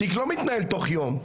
תיק לא מתנהל תוך יום.